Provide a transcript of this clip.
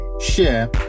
share